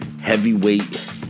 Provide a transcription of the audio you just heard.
heavyweight